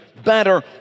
better